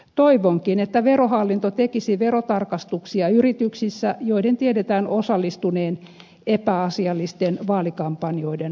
toivonkin että verohallinto tekisi verotarkastuksia yrityksissä joiden tiedetään osallistuneen epäasiallisten vaalikampanjoiden rahoitukseen